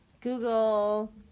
Google